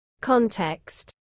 Context